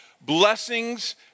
blessings